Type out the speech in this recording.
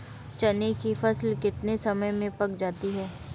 चने की फसल कितने समय में पक जाती है?